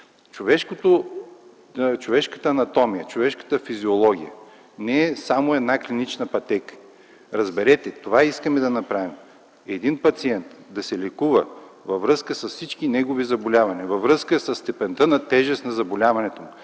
Човешката анатомия, човешката физиология не е само една клинична пътека - разберете. Това искаме да направим - един пациент да се лекува във връзка с всички негови заболявания, във връзка със степента на тежест на заболяването му,